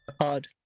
Hard